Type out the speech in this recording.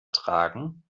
tragen